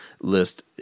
list